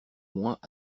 moins